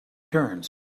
turns